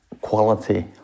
quality